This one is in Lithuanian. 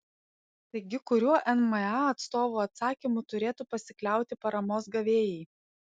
taigi kuriuo nma atstovų atsakymu turėtų pasikliauti paramos gavėjai